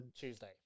Tuesday